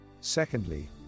Secondly